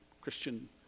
Christian